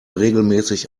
regelmäßig